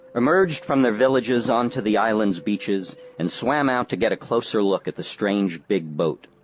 emerged from their villages onto the island's beaches and swam out to get a closer look at the strange big boat.